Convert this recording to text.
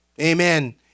amen